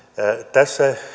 tässä